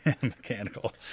Mechanical